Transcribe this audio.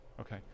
okay